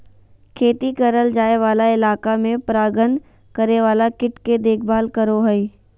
खेती करल जाय वाला इलाका में परागण करे वाला कीट के देखभाल करो हइ